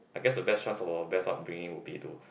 I guess the best chance of our best upbringing would be to